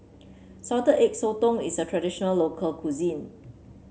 Salted Egg Sotong is a traditional local cuisine